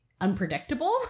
unpredictable